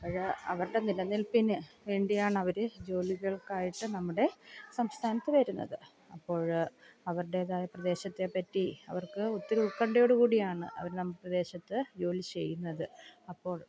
അപ്പോൾ അവരുടെ നിലനിൽപ്പിന് വേണ്ടിയാണവർ ജോലികൾക്കായിട്ട് നമ്മുടെ സംസ്ഥാനത്ത് വരുന്നത് അപ്പോൾ അവരുടേതായ പ്രദേശത്തെ പറ്റി അവർക്ക് ഒത്തിരി ഉൽക്കണ്ഠയോടുകൂടിയാണ് അവർ നമ്മുടെ പ്രദേശത്ത് ജോലി ചെയ്യുന്നത് അപ്പോൾ